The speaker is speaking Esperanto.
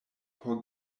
por